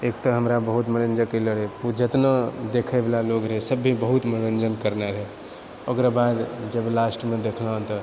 एक तऽ हमरा बहुत मनोरञ्जक ई लगय जेतना देखयबला लोग रहय सभ भी बहुत मनोरञ्जन करयलऽ रहय ओकरा बाद जब लास्टमऽ देखलहुँ तऽ